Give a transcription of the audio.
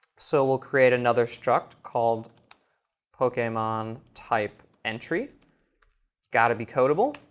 so we'll create another struct called pokemon type entry. it's gotta be codeable.